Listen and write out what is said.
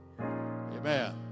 Amen